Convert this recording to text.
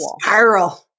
Spiral